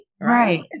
Right